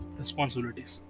responsibilities